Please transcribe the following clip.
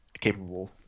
capable